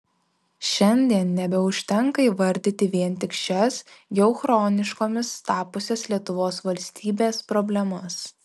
šiandien nebeužtenka įvardyti vien tik šias jau chroniškomis tapusias lietuvos valstybės problemas